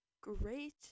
great